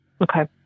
Okay